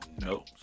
no